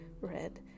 red